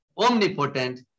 omnipotent